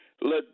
let